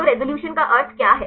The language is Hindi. तो रिज़ॉल्यूशन का अर्थ क्या है